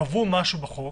קבעו משהו בחוק,